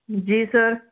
ਜੀ ਸਰ